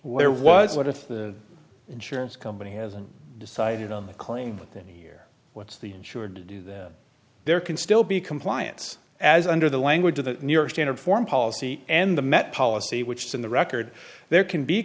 where was what if the insurance company hasn't decided on the claim but then here what's the insured to do that there can still be compliance as under the language of the new york standard form policy and the met policy which is in the record there can be